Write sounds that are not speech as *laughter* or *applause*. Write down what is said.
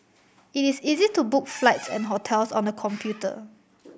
it is easy to book flights *noise* and hotels on the computer